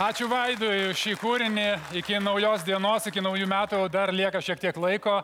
ačiū vaidui už šį kūrinį iki naujos dienos iki naujų metų dar lieka šiek tiek laiko